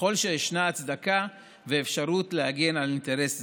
ככל שישנה הצדקה ואפשרות להגן על אינטרס זה.